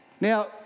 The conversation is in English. Now